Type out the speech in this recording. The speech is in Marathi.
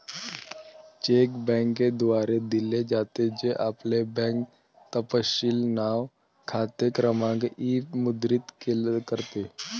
चेक बँकेद्वारे दिले जाते, जे आपले बँक तपशील नाव, खाते क्रमांक इ मुद्रित करते